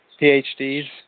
PhDs